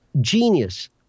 genius